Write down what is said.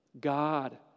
God